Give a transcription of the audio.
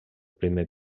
primer